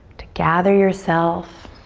to gather yourself.